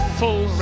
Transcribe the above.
full